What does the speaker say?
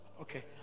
okay